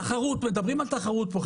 תחרות מדברים על תחרות פה,